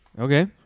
Okay